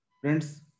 Friends